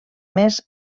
més